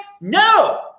no